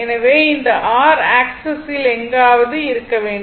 எனவே இந்த R ஆக்ஸிஸில் எங்காவது இருக்க வேண்டும்